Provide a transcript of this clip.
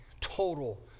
total